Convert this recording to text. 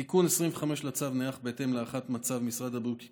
תיקון 25 לצו נערך בהתאם להערכת מצב במשרד הבריאות כי